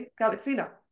Galaxina